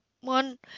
one